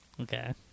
okay